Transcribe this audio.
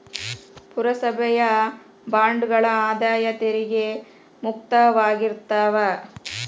ಪುರಸಭೆಯ ಬಾಂಡ್ಗಳ ಆದಾಯ ತೆರಿಗೆ ಮುಕ್ತವಾಗಿರ್ತಾವ